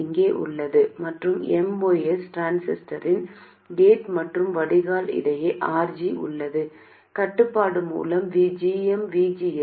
இங்கே உள்ளது மற்றும் MOS டிரான்சிஸ்டரின் கேட் மற்றும் வடிகால் இடையே RG உள்ளது கட்டுப்பாட்டு மூல gmVGS